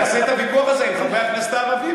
תעשה את הוויכוח הזה עם חברי הכנסת הערבים